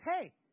hey